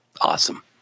awesome